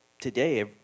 today